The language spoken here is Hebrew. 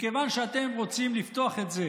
מכיוון שאתם רוצים לפתוח את זה